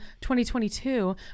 2022